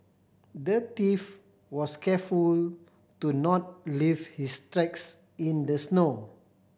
the thief was careful to not leave his tracks in the snow